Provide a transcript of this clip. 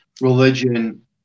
religion